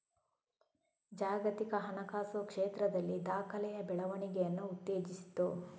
ಜಾಗತಿಕ ಹಣಕಾಸು ಕ್ಷೇತ್ರದಲ್ಲಿ ದಾಖಲೆಯ ಬೆಳವಣಿಗೆಯನ್ನು ಉತ್ತೇಜಿಸಿತು